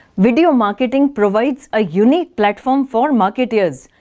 video marketing provides a unique platform for marketers.